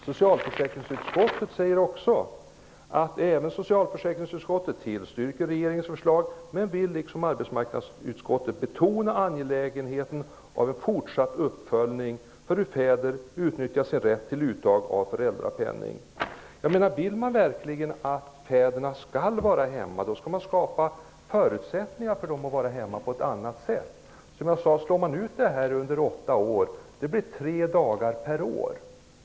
Socialförsäkringsutskottet tillstyrker regeringens förslag, men vill liksom arbetsmarknadsutskottet betona angelägenheten av en fortsatt uppföljning av hur fäder utnyttjar sin rätt till uttag av föräldrapenning. Vill man verkligen att fäderna skall vara hemma skall man skapa förutsättningar för dem att vara hemma på ett annat sätt. Om dessa dagar slås ut på åtta år blir det fråga om tre dagar per år.